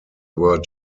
were